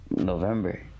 November